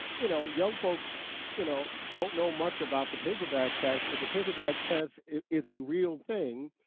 you know young folks you know don't know much about the paper bag test, but the paper bag test is a real thing.